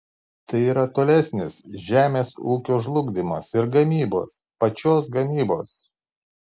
tai yra tolesnis žemės ūkio žlugdymas ir gamybos pačios gamybos